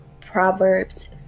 Proverbs